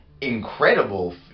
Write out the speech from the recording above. incredible